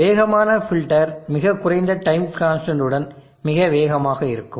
வேகமான ஃபில்டர் மிகக் குறைந்த டைம் கான்ஸ்டன்ட் உடன் மிக வேகமாக இருக்கும்